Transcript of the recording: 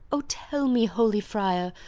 o, tell me, holy friar,